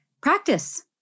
Practice